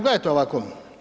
Gledajte ovako.